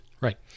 Right